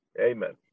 Amen